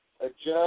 Adjust